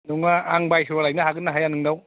नङा आं बायसब्ला लायनो हागोन ना हाया नोंनाव